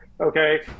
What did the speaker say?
okay